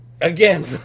again